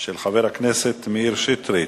של חבר הכנסת מאיר שטרית,